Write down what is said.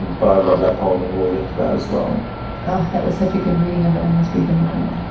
but i love that poem and we'll link to that as well that was such a good reading of it. i must read the whole thing